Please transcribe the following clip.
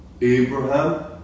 Abraham